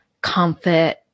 comfort